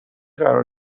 قرار